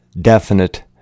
definite